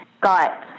got